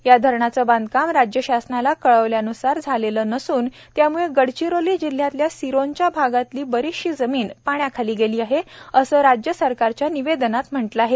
या धरणाचं बांधकाम राज्यशासनाला कळवल्यानुसार झालेलं नसून त्यामुळे गडचिरोली जिल्ह्यातल्या सिरोंचा भागातली बरीचशी जमीन पाण्याखाली गेली आहे असं राज्यसरकारच्या निवेदनात म्हटलं आहे